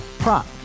Prop